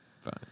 Fine